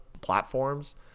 platforms